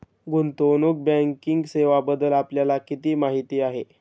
गुंतवणूक बँकिंग सेवांबद्दल आपल्याला किती माहिती आहे?